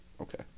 okay